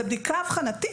שזו בדיקה אבחנתית,